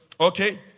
okay